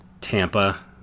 Tampa